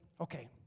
okay